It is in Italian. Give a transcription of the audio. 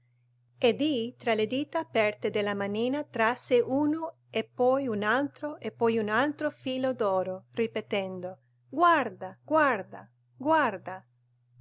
e di tra le dita aperte della manina trasse uno e poi un altro e poi un altro filo d'oro ripetendo guarda guarda guarda